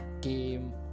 game